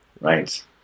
right